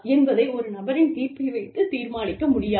என்பதை ஒரு நபரின் தீர்ப்பை வைத்து தீர்மானிக்க முடியாது